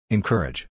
Encourage